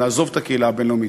נעזוב את הקהילה הבין-לאומית,